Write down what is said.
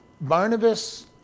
Barnabas